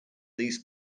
these